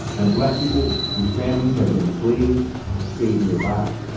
and black people whose families had been enslaved stayed nearby.